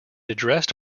addressed